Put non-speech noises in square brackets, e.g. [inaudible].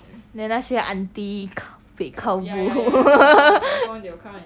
then 那些 auntie kao peh kao bu [laughs]